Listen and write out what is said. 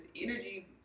energy